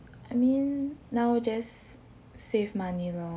I mean now just save money lor